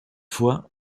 fois